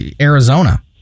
Arizona